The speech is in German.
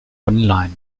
online